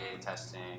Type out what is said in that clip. testing